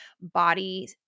body